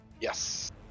Yes